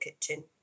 Kitchen